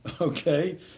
okay